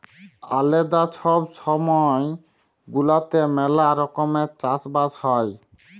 আলেদা ছব ছময় গুলাতে ম্যালা রকমের চাষ বাস হ্যয়